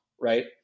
right